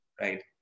right